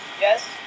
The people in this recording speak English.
Yes